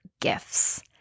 gifts